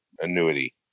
annuity